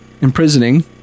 imprisoning